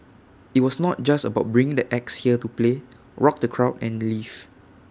IT was not just about bringing the acts here to play rock the crowd and leave